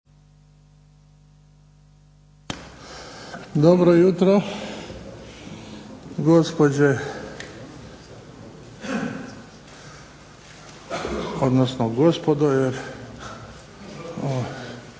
Dobro jutro, gospođe odnosno gospodo,